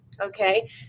Okay